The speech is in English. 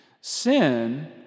Sin